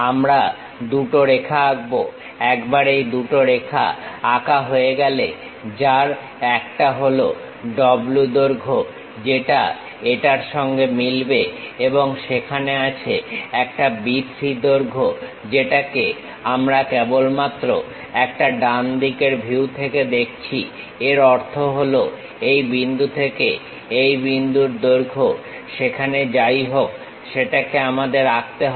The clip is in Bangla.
আমরা দুটো রেখা আঁকবো একবার এই দুটো রেখা আঁকা হয়ে গেলে যার একটা হল W দৈর্ঘ্য যেটা এটার সঙ্গে মিলবে এবং সেখানে আছে একটা B 3 দৈর্ঘ্য যেটাকে আমরা কেবলমাত্র একটা ডান দিকের ভিউ থেকে দেখতে পারি এর অর্থ হলো এই বিন্দু থেকে এই বিন্দুর দৈর্ঘ্য সেখানে যাই হোক সেটাকে আমাদের আঁকতে হবে